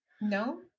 No